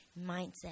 mindset